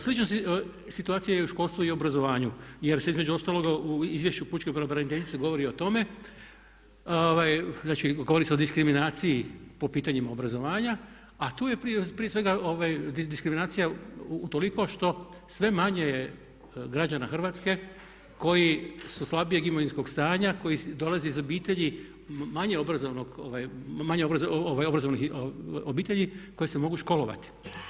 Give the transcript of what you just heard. Slična situacija je u školstvu i obrazovanju jer se između ostaloga u izvješću pučke pravobraniteljice govori o tome, znači govori se o diskriminaciji po pitanjima obrazovanja a tu je prije svega diskriminacija utoliko što manje građana Hrvatske koji su slabijeg imovinskog stanja, koji dolaze iz obitelji manje obrazovanih obitelji koje se mogu školovati.